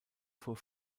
vor